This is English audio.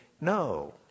no